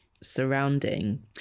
surrounding